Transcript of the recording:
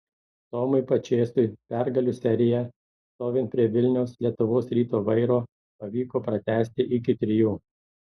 tomui pačėsui pergalių seriją stovint prie vilniaus lietuvos ryto vairo pavyko pratęsti iki trijų